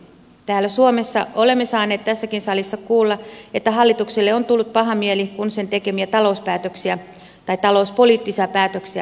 täällä suomessa olemme saaneet tässäkin salissa kuulla että hallitukselle on tullut paha mieli kun sen tekemiä talouspoliittisia päätöksiä arvostellaan